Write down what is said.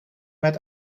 met